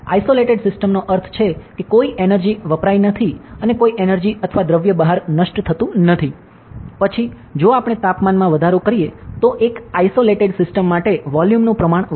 isolated સિસ્ટમનો અર્થ છે કે કોઈ એનેર્જી વપરાય નથી અને કોઈ એનેર્જી અથવા દ્રવ્ય બહાર નષ્ટ થતું નથી પછી જો આપણે તાપમાનમાં વધારો કરીએ તો એક આસોલેટેડ સિસ્ટમ માટે વોલ્યૂમ નું પ્રમાણ વધશે